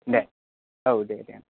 दे औ दे दे औ